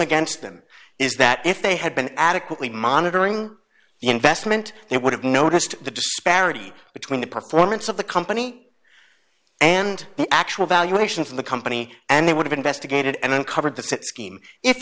against them is that if they had been adequately monitoring the investment they would have noticed the disparity between the performance of the company and the actual valuation of the company and they would have investigated and uncovered the scheme if